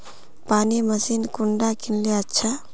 पानी मशीन कुंडा किनले अच्छा?